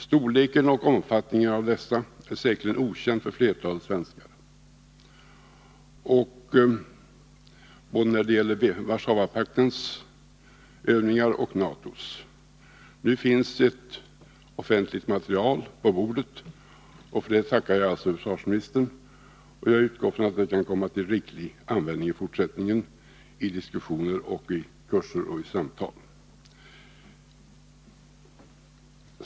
Storleken och omfattningen av dessa är säkerligen okänd för flertalet svenskar, både när det gäller Warszawapaktens övningar och beträffande NATO:s. Nu finns det ett offentligt material på bordet. och för det tackar jag alltså försvarsministern. Jag utgår från att det kan komma till riklig användning i fortsättningen i diskussioner, vid kurser och i samtal.